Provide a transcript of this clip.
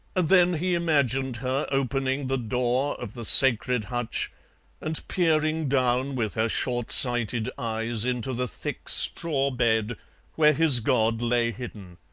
and then he imagined her opening the door of the sacred hutch and peering down with her short-sighted eyes into the thick straw bed where his god lay hidden.